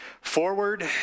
forward